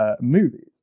movies